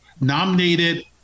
nominated